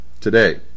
today